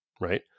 Right